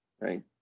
right